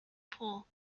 pool